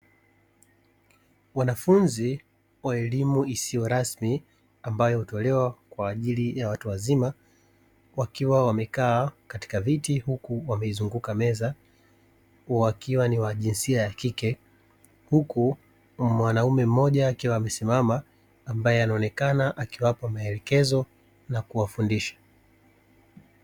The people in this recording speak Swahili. Wanafunzi wa elimu isiyo rasmi ambayo hutolewa kwa ajili ya watu wazima wakiwa wamekaa katika viti, huku wameizunguka meza wakiwa ni wa jinsia ya kike huku mwanaume mmoja akiwa amesimama, ambaye akionekana akiwapa maelekezo na kuwafundisha.